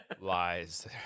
Lies